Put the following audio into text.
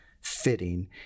fitting